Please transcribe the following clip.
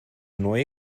neue